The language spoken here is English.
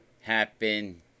happen